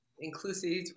inclusive